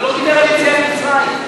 הוא לא דיבר על יציאת מצרים.